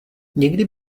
někdy